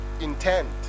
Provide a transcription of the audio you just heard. intent